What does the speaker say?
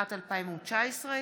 התשע"ט 2019,